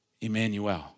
Emmanuel